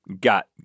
got